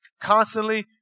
constantly